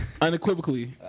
Unequivocally